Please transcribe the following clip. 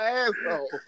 asshole